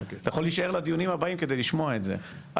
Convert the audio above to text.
אתה יכול להישאר לדיונים הבאים כדי לשמוע את זה,